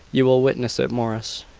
you will witness it morris.